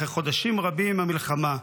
אחרי חודשים רבים, מהמלחמה.